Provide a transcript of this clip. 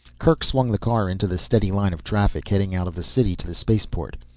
kerk swung the car into the steady line of traffic heading out of the city to the spaceport.